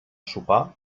sopar